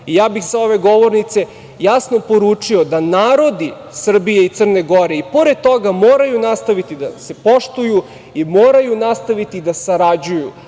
Ja bih sa ove govornice jasno poručio da narodi Srbije i Crne Gore i pored toga moraju nastaviti da se poštuju i moraju nastaviti da sarađuju,